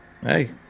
Hey